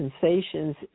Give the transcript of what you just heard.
Sensations